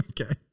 Okay